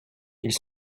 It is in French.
ils